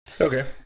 Okay